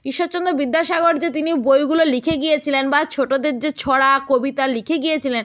ঈশ্বরচন্দ্র বিদ্যাসাগর যে তিনি বইগুলো লিখে গিয়েছিলেন বা ছোটোদের যে ছড়া কবিতা লিখে গিয়েছিলেন